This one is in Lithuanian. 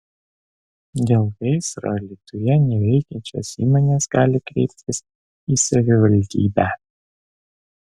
dėl gaisro alytuje neveikiančios įmonės gali kreiptis į savivaldybę